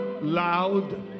loud